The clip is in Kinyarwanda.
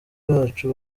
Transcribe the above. bacu